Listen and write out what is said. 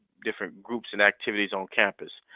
different groups and activities on campus.